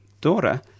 daughter